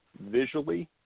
visually